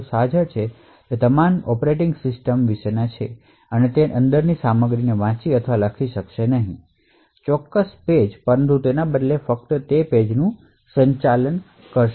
તમામ operating system વિશે છે તે તે અંદરની સામગ્રીને વાંચી અથવા લખી શકશે નહીં પરંતુ તેના બદલે ચોક્કસ પેજ નું ફક્ત સંચાલન કરશે